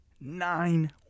nine